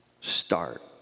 Start